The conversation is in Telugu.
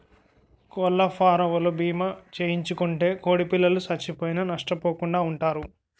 కోళ్లఫారవోలు భీమా చేయించుకుంటే కోడిపిల్లలు సచ్చిపోయినా నష్టపోకుండా వుంటారు